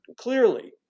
clearly